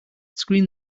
screen